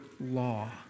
law